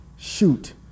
Shoot